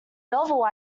novel